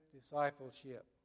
discipleship